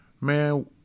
Man